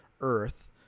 Earth